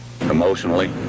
emotionally